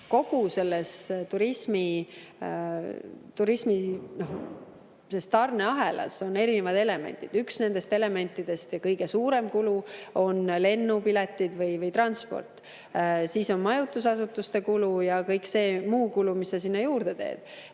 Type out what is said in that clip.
kogu selles turismi tarneahelas on erinevad elemendid. Üks nendest elementidest ja kõige suurem kulu on lennupiletid või transport. Siis on majutusasutuste kulu ja kõik see muu kulu, mis sinna juurde teed.